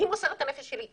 היא מוסרת את הנפש שלי.